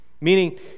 Meaning